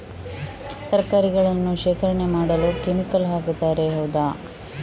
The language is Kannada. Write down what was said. ತರಕಾರಿಗಳನ್ನು ಶೇಖರಣೆ ಮಾಡಲು ಕೆಮಿಕಲ್ ಹಾಕುತಾರೆ ಹೌದ?